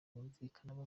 yumvikanamo